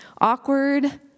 awkward